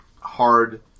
hard